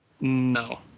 no